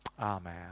amen